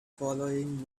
following